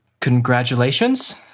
Congratulations